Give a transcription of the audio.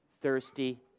thirsty